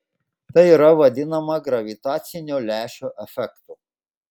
tai yra vadinama gravitacinio lęšio efektu